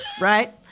right